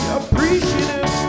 appreciative